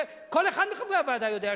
כל אחד מחברי הוועדה יודע,